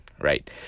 right